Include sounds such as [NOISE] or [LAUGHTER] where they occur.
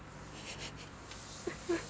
[LAUGHS]